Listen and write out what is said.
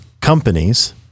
companies